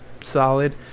solid